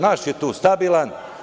Naš je tu stabilan.